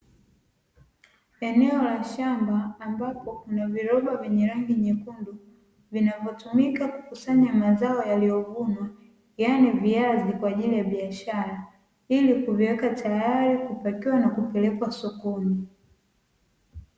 Eneo la shamba ambapo kuna viroba vyenye rangi nyekundu, vinavyotumika kukusanya mazao yaliyovunwa, yani viazi kwa ajili ya biashara ili kuviweka tayari kupakiwa na kupelekwa sokoni.